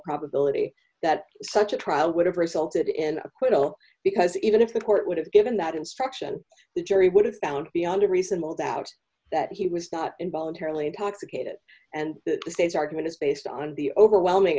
probability that such a trial would have resulted in acquittal because even if the court would have given that instruction the jury would have found beyond a reasonable doubt that he was not involuntarily intoxicated and that the state's argument is based on the overwhelming